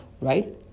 right